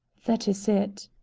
that is it.